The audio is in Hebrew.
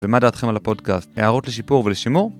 ומה דעתכם על הפודקאסט? הערות לשיפור ולשימור?